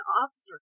officer